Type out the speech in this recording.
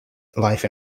life